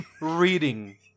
Reading